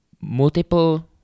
multiple